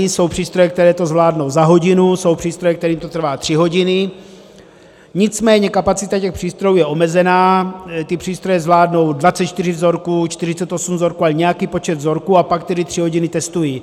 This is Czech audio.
Jsou přístroje, které to zvládnou za hodinu, jsou přístroje, kterým to trvá tři hodiny, nicméně kapacita těch přístrojů je omezená, ty přístroje zvládnou 24 vzorků, 48 vzorků, nějaký počet vzorků, a pak tedy tři hodiny testují.